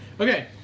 Okay